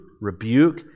rebuke